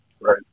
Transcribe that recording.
Right